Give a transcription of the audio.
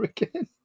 again